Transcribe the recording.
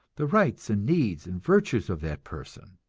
the rights and needs and virtues of that person.